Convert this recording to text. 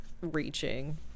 reaching